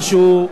משהו,